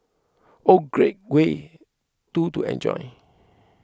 one great way two to enjoy